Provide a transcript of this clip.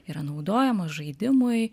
yra naudojamos žaidimui